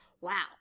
wow